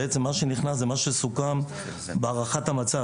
הוא חותם שבעצם מה שנכנס זה מה שסוכם בהערכת המצב.